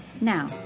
now